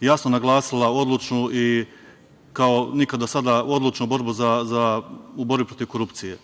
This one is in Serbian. jasno naglasila odlučnu i kao nikada do sada odlučnu borbu protiv korupcije.